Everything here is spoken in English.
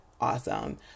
awesome